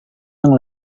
yang